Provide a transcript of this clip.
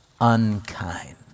unkind